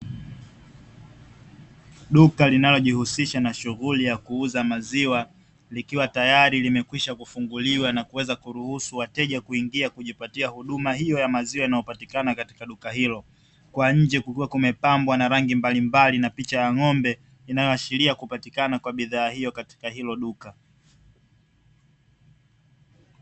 Duka linalojihusisha na shughuli ya kuuza maziwa, likiwa tayari limekwisha kufunguliwa na kuweza kuruhusu wateja kuingia na kujipatia huduma hiyo ya maziwa inayopatikana katika duka hilo. Kwa nje kukiwa kumepambwa na rangi mbalimbali na picha ya ng'ombe, inayoashiria kupatikana kwa bidhaa hiyo katika hilo duka.